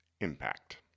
Impact